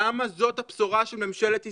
למה זאת הבשורה של ממשלת ישראל?